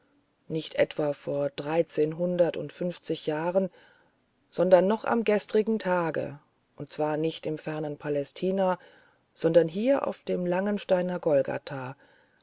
nicht etwa vor dreizehnhundert und fünfzig jahren sondern noch am gestrigen tage und zwar nicht im fernen palästina sondern hier auf dem langensteiner golgatha